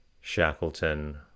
Shackleton